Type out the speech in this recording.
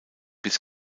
bis